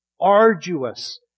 arduous